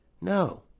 No